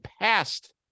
passed